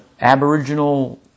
aboriginal